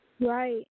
Right